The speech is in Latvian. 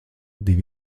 divi